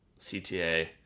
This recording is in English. CTA